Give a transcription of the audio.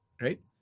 Right